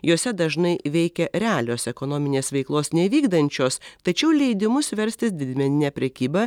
jose dažnai veikia realios ekonominės veiklos nevykdančios tačiau leidimus verstis didmenine prekyba